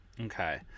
Okay